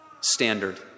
standard